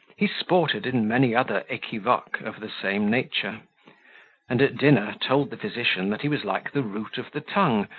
he sported in many other equivoques of the same nature and at dinner, told the physician, that he was like the root of the tongue,